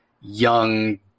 young